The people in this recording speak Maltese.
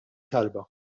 talba